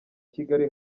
kigali